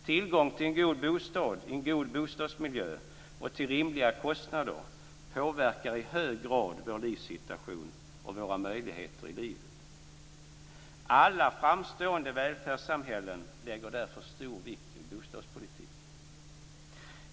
Tillgång till en god bostad, en god bostadsmiljö till rimliga kostnader påverkar i hög grad vår livssituation och våra möjligheter i livet. Alla framstående välfärdssamhällen lägger därför stor vikt vid bostadspolitiken.